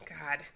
God